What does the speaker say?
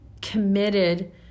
committed